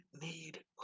need